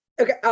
okay